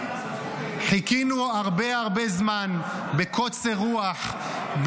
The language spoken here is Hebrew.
חיכינו הרבה הרבה זמן בקוצר רוח,